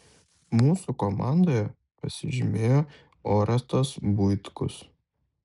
mūsų komandoje pasižymėjo orestas buitkus